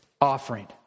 offering